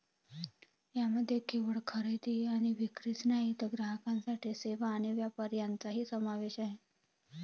यामध्ये केवळ खरेदी आणि विक्रीच नाही तर ग्राहकांसाठी सेवा आणि व्यापार यांचाही समावेश आहे